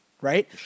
Right